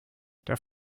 der